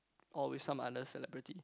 or with some others celebrity